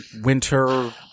winter